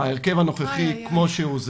ההרכב הנוכחי כמו שהוא,